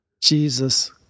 Jesus